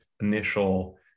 initial